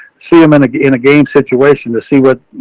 see, em in a game, in a game situation to see what,